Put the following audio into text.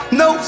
no